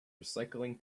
recycling